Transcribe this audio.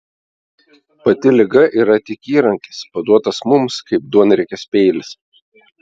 pati liga yra tik įrankis paduotas mums kaip duonriekis peilis